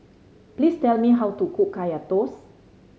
please tell me how to cook Kaya Toast